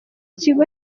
kigo